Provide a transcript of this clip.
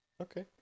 Okay